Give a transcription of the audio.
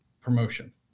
promotion